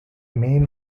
main